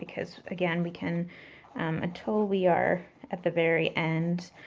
because again we can until we are at the very end,